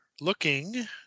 Looking